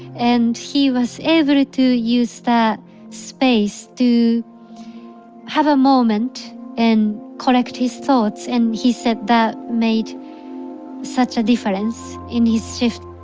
and he was able to to use that space to have a moment and collect his thoughts, and he said that made such a difference in his shift